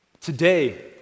Today